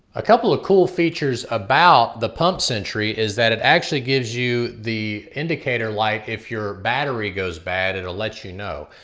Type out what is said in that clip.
a couple of cool features about the pump sentry is that it actually gives you the indicator light if your battery goes bad. it'll let you know.